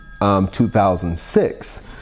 2006